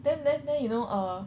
then then then you know err